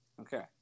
Okay